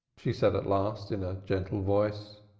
she said at last, in a gentle voice.